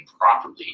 properly